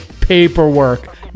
paperwork